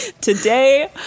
today